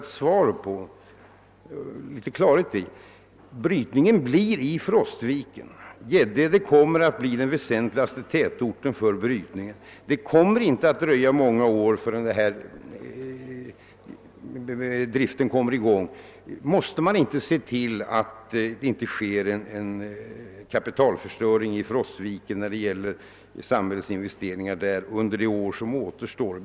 Det kommer inte att dröja många år förrän driften i Stekenjokk är i gång och Gäddede kommer att bli den viktigaste tätorten i området. Måste man inte se till att det inte sker en kapitalförstöring i Frostviken vad gäller samhällets investeringar? Behövs inte åtgärder också i Frostviken?